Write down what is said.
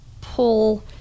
pull